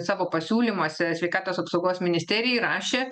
savo pasiūlymuose sveikatos apsaugos ministerijai rašė